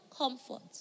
Comfort